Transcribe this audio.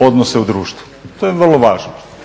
odnose u društvu, to je vrlo važno.